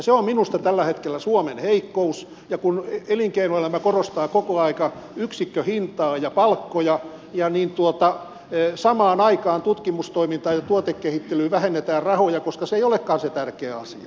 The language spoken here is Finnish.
se on minusta tällä hetkellä suomen heikkous ja elinkeinoelämä korostaa koko ajan yksikköhintaa ja palkkoja ja samaan aikaan tutkimustoiminnasta ja tuotekehittelystä vähennetään rahoja koska se ei olekaan se tärkeä asia